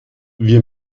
wir